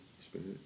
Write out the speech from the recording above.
spirit